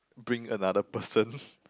bring another person